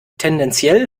tendenziell